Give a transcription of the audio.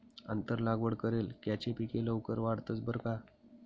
आंतर लागवड करेल कॅच पिके लवकर वाढतंस बरं का